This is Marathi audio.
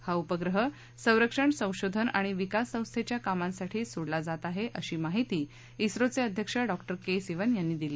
हा उपग्रह संरक्षण संशोधन आणि विकास संस्थेच्या कामांसाठी सोडला जात आहे अशी माहिती झोचे अधक्ष डॉ के सिंवन यांनी दिली